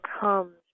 comes